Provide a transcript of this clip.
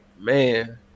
man